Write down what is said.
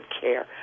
care